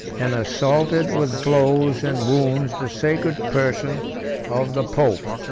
and assaulted with blows and wounds the sacred person of the pope.